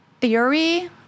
theory